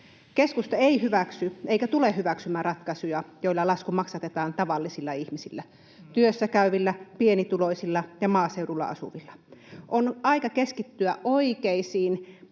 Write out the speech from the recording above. Keskusta ei hyväksy eikä tule hyväksymään ratkaisuja, joilla lasku maksatetaan tavallisilla ihmisillä: työssäkäyvillä, pienituloisilla ja maaseudulla asuvilla. On aika keskittyä oikeisiin